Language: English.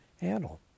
handle